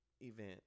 event